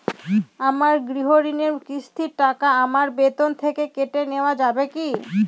আমার গৃহঋণের কিস্তির টাকা আমার বেতন থেকে কেটে নেওয়া যাবে কি?